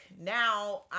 now